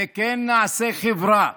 וכן נעשה חברה,